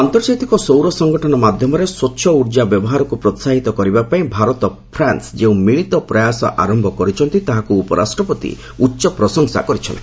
ଆନ୍ତର୍ଜାତିକ ସୌର ସଂଗଠନ ମାଧ୍ୟମରେ ସ୍ୱଚ୍ଛ ଉର୍ଜା ବ୍ୟବହାରକୁ ପ୍ରୋହାହିତ କରିବା ପାଇଁ ଭାରତ ଫ୍ରାନ୍ସ ଯେଉଁ ମିଳିତ ପ୍ରୟାସ ଆରମ୍ଭ କରିଛନ୍ତି ତାହାକୁ ଉପରାଷ୍ଟ୍ରପତି ଉଚ୍ଚ ପ୍ରଶଂସା କରିଛନ୍ତି